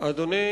אדוני